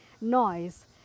noise